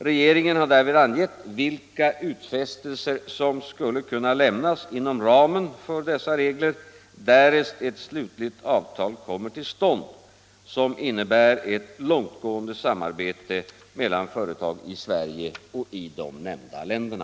Regeringen har därvid angivit vilka utfästelser som skulle kunna lämnas inom ramen Om villkoren för för dessa regler därest ett slutligt avtal kommer till stånd, som innebär export av Viggenett långtgående samarbete mellan företag i Sverige och i de nämnda länplan derna.